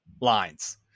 lines